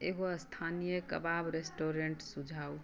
एगो स्थानीय कबाब रेस्टोरेंट सुझाऊ